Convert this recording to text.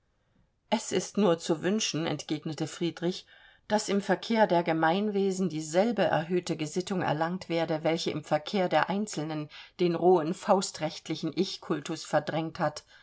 es ist nur zu wünschen entgegnete friedrich daß im verkehr der gemeinwesen dieselbe erhöhte gesittung erlangt werde welche im verkehr der einzelnen den rohen faustrechtlichen ich kultus verdrängt hat